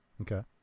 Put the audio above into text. Okay